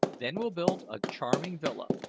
then we'll build a charming villa,